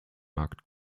markt